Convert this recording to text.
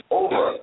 over